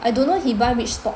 I don't know he buy which stock